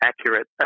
accurate